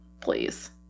please